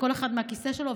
וכל אחד מהכיסא שלו,